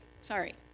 Sorry